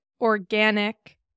organic